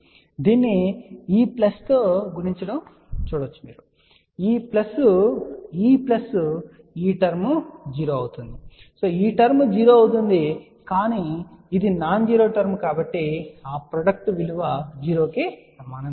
మీరు దీన్ని ఈ ప్లస్ తో గుణించడం చూడవచ్చు మరియు ఈ ప్లస్ ఈ ప్లస్ ఈ టర్మ్ 0 అవుతుంది ఈ టర్మ్ 0 అవుతుంది కానీ ఇది నాన్ జీరో టర్మ్ కాబట్టి ఆ ప్రొడక్ట్ విలువ 0 కి సమానం కాదు సరే